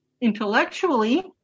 intellectually